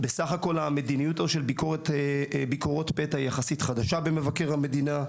בסך הכול המדיניות של ביקורות פתע היא יחסית חדשה במבקר המדינה.